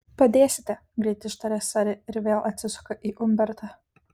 padėsite greit ištaria sari ir vėl atsisuka į umbertą